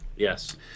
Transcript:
Yes